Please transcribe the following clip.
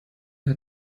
hat